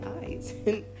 eyes